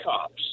cops